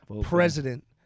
President